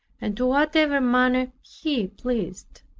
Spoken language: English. and to whatever manner he pleased.